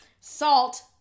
salt